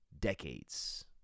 decades